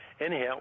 Anyhow